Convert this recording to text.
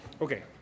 Okay